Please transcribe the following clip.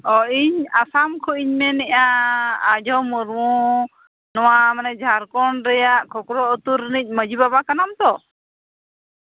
ᱚ ᱤᱧ ᱟᱥᱟᱢ ᱠᱷᱚᱱᱤᱧ ᱢᱮᱱᱮᱫᱼᱟ ᱟᱸᱡᱷᱚ ᱢᱩᱨᱢᱩ ᱱᱚᱣᱟ ᱢᱟᱱᱮ ᱡᱷᱟᱲᱠᱷᱚᱸᱰ ᱨᱮᱭᱟᱜ ᱠᱷᱚᱠᱨᱚ ᱟᱹᱛᱩ ᱨᱤᱱᱤᱡ ᱢᱟᱹᱡᱷᱤ ᱵᱟᱵᱟ ᱠᱟᱱᱟᱢ ᱛᱚ